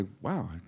wow